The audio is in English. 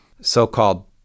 so-called